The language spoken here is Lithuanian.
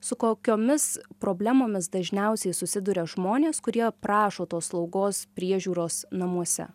su kokiomis problemomis dažniausiai susiduria žmonės kurie prašo tos slaugos priežiūros namuose